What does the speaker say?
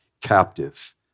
captive